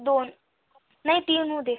दोन नाही तीन राहू दे